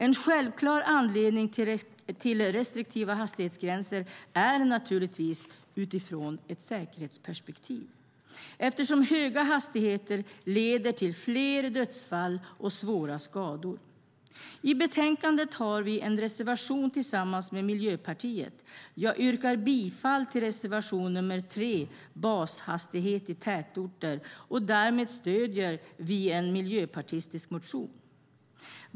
En självklar anledning till restriktiva hastighetsgränser är naturligtvis utifrån ett säkerhetsperspektiv, eftersom höga hastigheter leder till fler dödsfall och svåra skador. l betänkandet har vi en reservation tillsammans med Miljöpartiet. Jag yrkar bifall till reservation nr 3 Bashastighet i tätorter. Därmed stöder vi en miljöpartistisk motion.